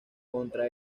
contra